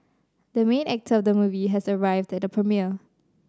the main actor of the movie has arrived at the premiere